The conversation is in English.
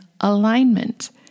alignment